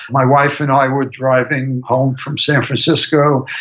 my wife and i were driving home from san francisco.